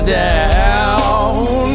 down